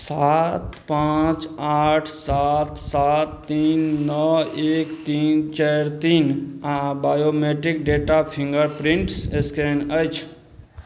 सात पाँच आठ सात सात तीन नओ एक तीन चारि तीन आओर बायोमेट्रिक डेटा फिन्गरप्रिन्ट एस्कैन अछि